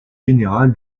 général